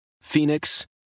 Phoenix